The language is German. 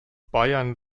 bayern